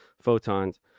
photons